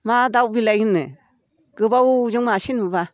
मा दाउ बेलाय होनो गोबावजों मासे नुबा